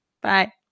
Bye